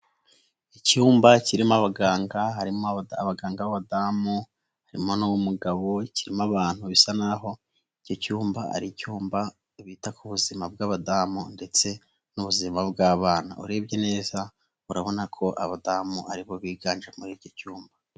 Icyumba kirimo abaganga abaganga b'abadamu harimo n'uw'umugabo kirimo abantu bisa naho icyo cyumba ari icyumba bita ku buzima bw'abadamu, ndetse n'ubuzima bw'abana, urebye neza urabona ko abadamu aribo biganje muri iki cyumba.